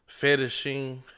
fetishing